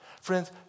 Friends